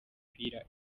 umupira